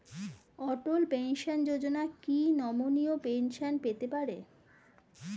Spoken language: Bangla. অটল পেনশন যোজনা কি নমনীয় পেনশন পেতে পারে?